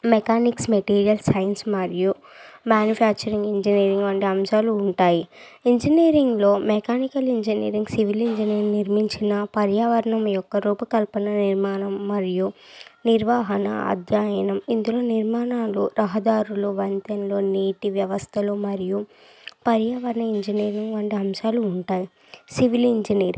mechanics material science మరియు manufacturing engineering వంటి అంశాలు ఉంటాయి ఇంజనీరింగ్లో మెకానికల్ ఇంజనీరింగ్ సివిల్ ఇంజనీరింగ్ నిర్మించిన పర్యావరణం యొక్క రూపకల్పన నిర్మాణం మరియు నిర్వాహణ అధ్యయనం మరియు నిర్మాణాలు రహదారులు వంతెనలు నీటి వ్యవస్థలు మరియు పర్యావరణ ఇంజనీరింగ్ వంటి అంశాలు ఉంటాయి సివిల్ ఇంజినీరింగ్